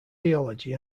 theology